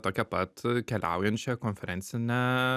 tokią pat keliaujančią konferencinę